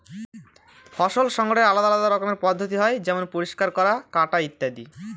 ফসল সংগ্রহের আলাদা আলদা রকমের পদ্ধতি হয় যেমন পরিষ্কার করা, কাটা ইত্যাদি